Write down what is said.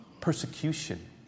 persecution